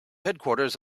headquarters